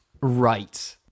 Right